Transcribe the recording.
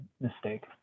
mistake